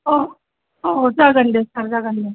औ अ जागोन दे सार जागोन दे